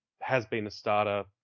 has-been-a-starter